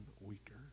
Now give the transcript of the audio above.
weaker